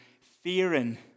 fearing